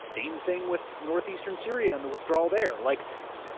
same thing with northeastern syria and the withdrawal there. like